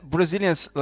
Brazilians